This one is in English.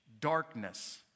darkness